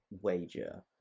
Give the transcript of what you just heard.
wager